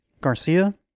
Garcia